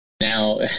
now